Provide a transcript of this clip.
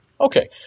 Okay